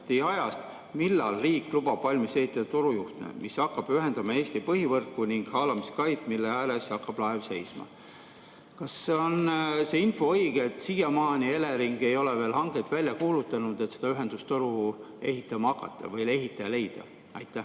millal riik lubab valmis ehitada torujuhtme, mis hakkab ühendama Eesti põhivõrku ning haalamiskaid, mille ääres hakkab laev seisma. Kas see info on õige, et siiamaani Elering ei ole veel hanget välja kuulutanud, et seda ühendustoru ehitama hakata või ehitaja leida? Aitäh!